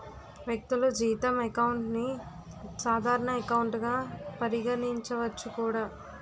వ్యక్తులు జీతం అకౌంట్ ని సాధారణ ఎకౌంట్ గా పరిగణించవచ్చు కూడా